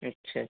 अच्छा अच्छा